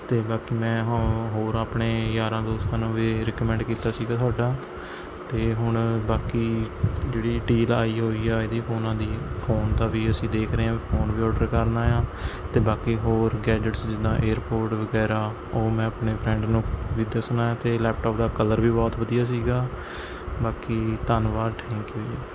ਅਤੇ ਬਾਕੀ ਮੈਂ ਹੋ ਹੋਰ ਆਪਣੇ ਯਾਰਾਂ ਦੋਸਤਾਂ ਨੂੰ ਵੀ ਰਿਕਮੈਂਡ ਕੀਤਾ ਸੀ ਤੁਹਾਡਾ ਅਤੇ ਹੁਣ ਬਾਕੀ ਜਿਹੜੀ ਡੀਲ ਆਈ ਹੋਈ ਹੈ ਇਹਦੀ ਫ਼ੋਨਾਂ ਦੀ ਫ਼ੋਨ ਦਾ ਵੀ ਅਸੀਂ ਦੇਖ ਰਹੇ ਆ ਫ਼ੋਨ ਵੀ ਔਡਰ ਕਰਨਾ ਆ ਅਤੇ ਬਾਕੀ ਹੋਰ ਗੈਜਟਸ ਜਿੱਦਾਂ ਏਅਰਪੋਰਡ ਵਗੈਰਾ ਉਹ ਮੈਂ ਆਪਣੇ ਫਰੈਂਡ ਨੂੰ ਵੀ ਦੱਸਣਾ ਹੈ ਅਤੇ ਲੈਪਟੋਪ ਦਾ ਕਲਰ ਵੀ ਬਹੁਤ ਵਧੀਆ ਸੀ ਬਾਕੀ ਧੰਨਵਾਦ ਥੈਂਕ ਯੂ ਜੀ